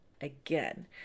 again